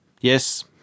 yes